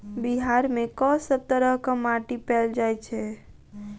बिहार मे कऽ सब तरहक माटि पैल जाय छै?